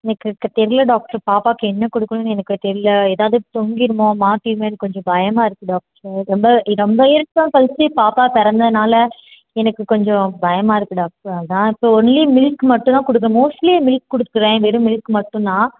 எனக்கு எனக்கு தெரில டாக்டர் பாப்பாவுக்கு என்ன கொடுக்குணுன்னு எனக்கு தெரில ஏதாவது தொங்கிடுமோ மாட்டிடுமேன்னு கொஞ்சம் பயமாக இருக்குது டாக்டர் ரொம்ப ரொம்ப இயர்ஸ் தான் கழிச்சு பாப்பா பிறந்ததுனால எனக்கு கொஞ்சம் பயமாக இருக்குது டாக்டர் அதான் ஸோ ஒன்லி மில்க் மட்டும் தான் கொடுக்குறேன் மோஸ்டலி மில்க் கொடுக்குறேன் வெறும் மில்க் மட்டும் தான்